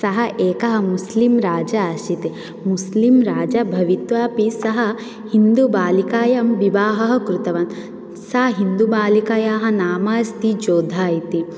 सः एकः मुस्लिम् राजा आसीत् मुस्लिम् राजा भवित्वापि सः हिन्दूबालिकायां विवाहः कृतवान् सा हिन्दूबालिकायाः नामास्ति जोधा इति